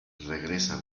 regresan